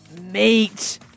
Meet